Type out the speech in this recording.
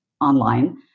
online